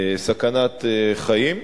בסכנת חיים.